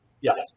Yes